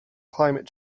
climate